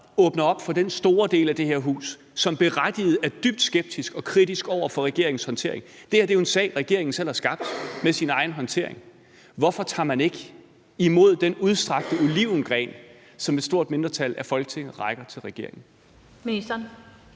åbner op for den store del af det her hus, som berettiget er dybt skeptisk og kritisk over for regeringens håndtering? Det her er jo en sag, regeringen selv har skabt ved sin egen håndtering. Hvorfor tager man ikke imod den udstrakte olivengren, som et stort mindretal i Folketinget rækker til regeringen? Kl.